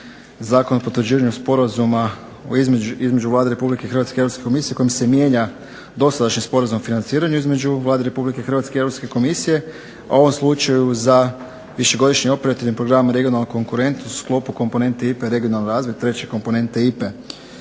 Zakon o potvrđivanju sporazuma između Vlade RH i Europske komisije kojim se mijenja dosadašnji sporazum o financiranju između Vlade RH i Europske komisije, a ovom slučaju za višegodišnji operativni program "Regionalna konkurentnost" u sklopu komponente "Regionalni razvoj" treće komponente IPA-e.